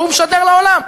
והוא משדר לעולם.